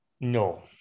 No